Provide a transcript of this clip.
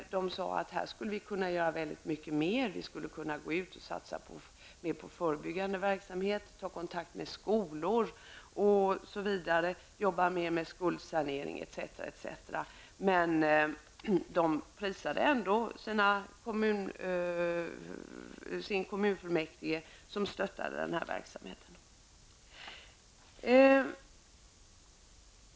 De sade att de skulle kunna göra mycket mer, de skulle kunna gå ut och satsa mer på förebyggande verksamhet, ta kontakt med skolor, jobba mer med skolsanering osv. Men de prisade ändå sin kommunfullmäktige som stöttade verksamheten.